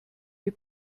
die